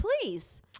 please